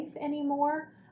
anymore